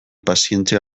pazientzia